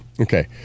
Okay